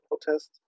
protest